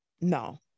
No